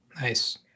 nice